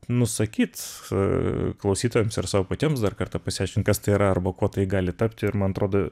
nusakyt klausytojams ir sau patiems dar kartą pasiaiškint kas tai yra arba kuo tai gali tapti ir man atrodo